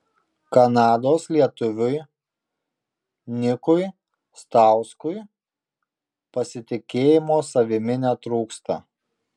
kanados lietuviui nikui stauskui pasitikėjimo savimi netrūksta